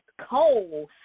cold